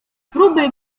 próby